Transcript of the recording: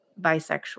bisexual